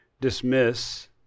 dismiss